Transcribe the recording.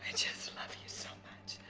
just love you so much,